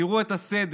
תראו את הסדר: